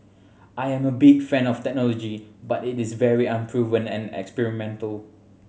I am a big fan of the technology but it is very unproven and experimental